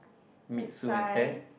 meet Sue and Ted